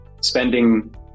spending